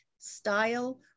style